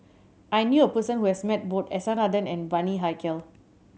I knew a person who has met both S R Nathan and Bani Haykal